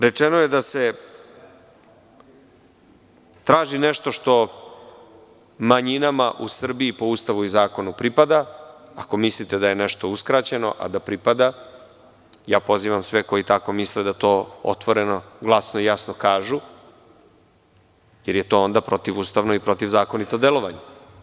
Rečeno je da se traži nešto što manjinama u Srbiji po Ustavu i zakonu pripada, ako mislite da je nešto uskraćeno, a da pripada, ja pozivam sve koji tako misle da to otvoreno, glasno i jasno kažu, jer je to onda protivustavno i protivzakonito delovanje.